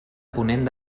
ponent